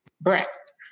breast